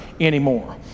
anymore